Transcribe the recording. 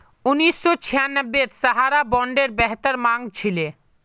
उन्नीस सौ छियांबेत सहारा बॉन्डेर बेहद मांग छिले